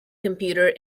computer